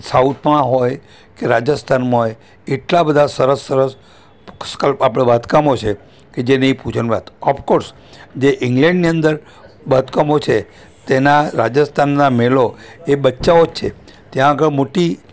સાઉથમાં હોય કે રાજસ્થાનમાં હોય એટલાં બધાં સરસ સરસ સ્કલ્પ આપણે બાંધકામો છે કે જે નહીં પૂછો ને વાત અફકોર્સ જે ઈંગ્લેન્ડની અંદર બાંધકામો છે તેના રાજસ્થાનના મહેલો એ બચ્ચાઓ જ છે ત્યાં આગળ મોટી